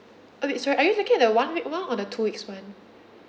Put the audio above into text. oh wait sorry are you looking at the one week [one] or the two weeks [one]